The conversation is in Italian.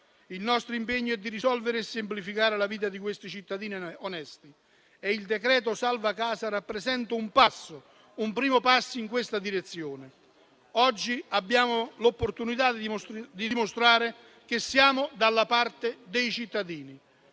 Il nostro impegno è di risolvere e semplificare la vita di questi cittadini onesti e il decreto salva casa rappresenta un primo passo in questa direzione. Oggi abbiamo l'opportunità di dimostrare che siamo dalla parte dei cittadini.